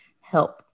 help